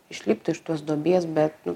išlipti iš tos duobės bet